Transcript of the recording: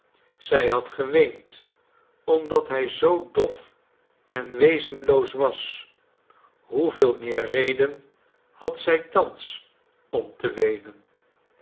zij had geweend omdat hij zoo dof en wezenloos was hoeveel meer reden had zij thans om te weenen